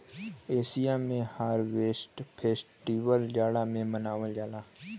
Asia में harvest festival जाड़ा में मनावल जाला